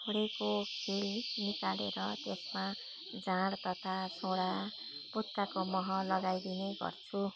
छोडेको खिल निकालेर त्यसमा जाँड तथा सोडा पुत्काको मह लगाइदिने गर्छु